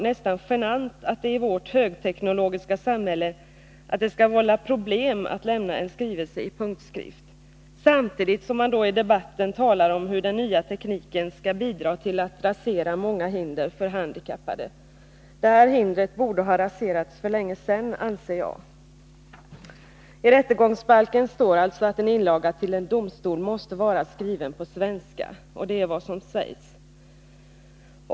ö. genant att det i vårt högtekniserade samhälle skall vålla problem, om någon lämnar en skrivelse i punktskrift, samtidigt som det i debatten talas om hur den nya tekniken skall bidra till att rasera många hinder för handikappade. Det här hindret borde, enligt min mening, ha raserats för länge sedan. I rättegångsbalken står det alltså att en inlaga till en domstol måste vara skriven på svenska. Det är allt vad som sägs.